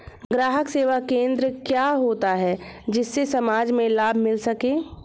ग्राहक सेवा केंद्र क्या होता है जिससे समाज में लाभ मिल सके?